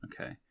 Okay